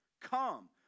Come